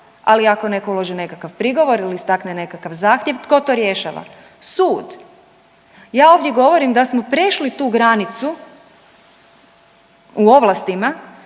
Ali ako neko uloži nekakav prigovor ili istakne nekakav zahtjev tko to rješava? Sud. Ja ovdje govorim da smo prešli tu granicu u ovlastima